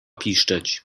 piszczeć